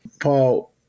Paul